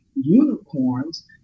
unicorns